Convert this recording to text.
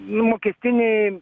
nu mokestinį